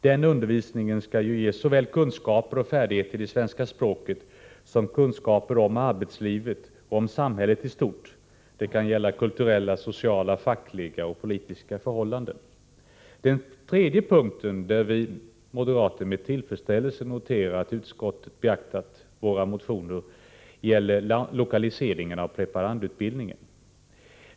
Den undervisningen skall ju ge såväl kunskaper och färdigheter i svenska språket som kunskaper om arbetslivet och om samhället i stort — det kan gälla kulturella, sociala, fackliga och politiska förhållanden. Den tredje punkten, där vi moderater med tillfredsställelse noterar att utskottet beaktat våra motioner, gäller lokaliseringen av preparandutbildningen.